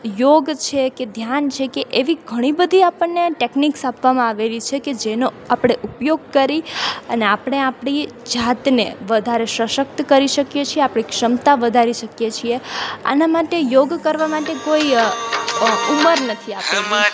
યોગ છે કે ધ્યાન છે કે એવી ઘણી બધી આપણને ટેક્નિકસ આપવમાં આવેલી છે કે જેનો આપણે ઉપયોગ કરી અને આપણે આપણી જાતને વધારે સશક્ત કરી શકીએ છીએ આપણી ક્ષમતા વધારી શકીએ છીએ આના માટે યોગ કરવા માટે કોઈ ઉંમર નથી આપણી